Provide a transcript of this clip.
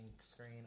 screen